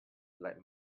like